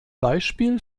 beispiel